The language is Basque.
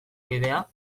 bidea